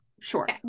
Sure